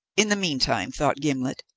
in the meantime, thought gimblet,